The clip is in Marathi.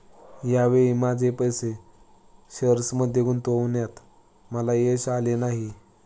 या वेळी माझे पैसे शेअर्समध्ये गुंतवण्यात मला यश आले नाही